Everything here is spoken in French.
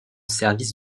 service